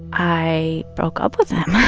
i broke up with him. ah